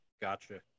gotcha